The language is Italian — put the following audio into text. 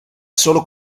solo